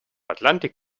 atlantik